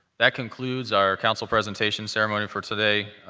that concludes our council presentation ceremony for today.